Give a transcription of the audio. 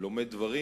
לומד דברים,